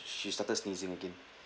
she started sneezing again